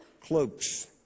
cloaks